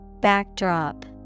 Backdrop